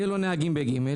יהיו לו נהגים ב-ג',